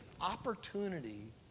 opportunity